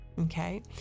Okay